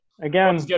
Again